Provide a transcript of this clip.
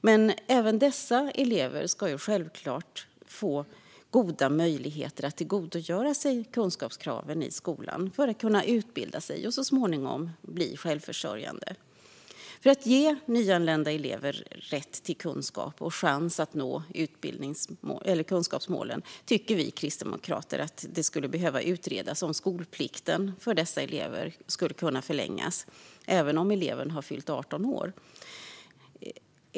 Men även dessa elever ska självklart få goda möjligheter att tillgodogöra sig de kunskaper som det ställs krav på i skolan för att kunna utbilda sig och så småningom bli självförsörjande. För att ge nyanlända elever rätt till kunskap och chans att nå kunskapsmålen tycker vi kristdemokrater att det skulle behöva utredas om skolplikten för dessa elever skulle kunna förlängas även om eleven har fyllt 18 år.